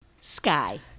Sky